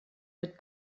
mit